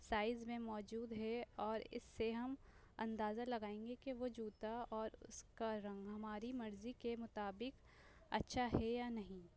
size میں موجود ہے اور اس سے ہم اندازہ لگائیں گے کہ وہ جوتا اور اس کا رنگ ہماری مرضی کے مطابق اچھا ہے یا نہیں